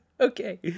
Okay